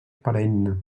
perenne